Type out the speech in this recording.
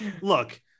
look